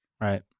Right